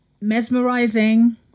mesmerizing